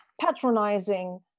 patronizing